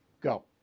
Go